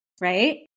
Right